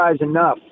enough